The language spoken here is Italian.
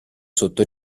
sotto